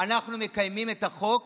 אנחנו מקיימים את החוק